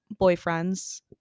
boyfriends